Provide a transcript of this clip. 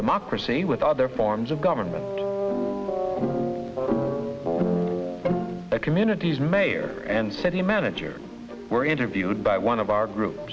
democracy with other forms of government communities mayor and city manager were interviewed by one of our group